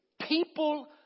people